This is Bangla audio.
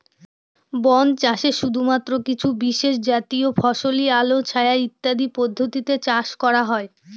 বন চাষে শুধুমাত্র কিছু বিশেষজাতীয় ফসলই আলো ছায়া ইত্যাদি পদ্ধতিতে চাষ করা হয়